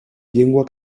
llengua